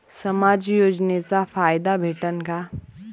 समाज योजनेचा फायदा भेटन का?